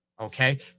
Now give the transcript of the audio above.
okay